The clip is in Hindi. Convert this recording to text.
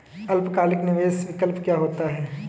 अल्पकालिक निवेश विकल्प क्या होता है?